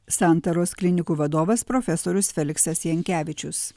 santaros klinikų vadovas profesorius feliksas jankevičius